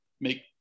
make